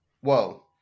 Whoa